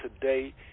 today